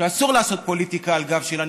שאסור לעשות פוליטיקה על הגב של הנכים,